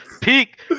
Peak